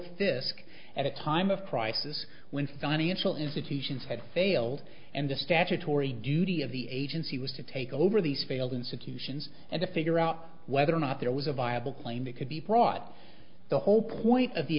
fisc at a time of crisis when financial institutions had failed and the statutory duty of the agency was to take over these failed insecure sions and to figure out whether or not there was a viable claim it could be brought the whole point of the